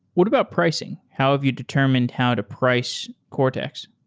what about pricing? how have you determined how to price cortex?